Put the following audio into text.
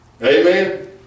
Amen